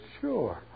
Sure